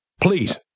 Please